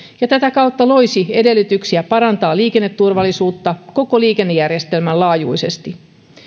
ja tätä kautta loisi edellytyksiä parantaa liikenneturvallisuutta koko liikennejärjestelmän laajuisesti